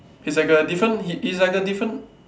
he's like a different he he's like a different